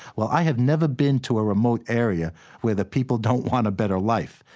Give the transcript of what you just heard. well, i have never been to a remote area where the people don't want a better life,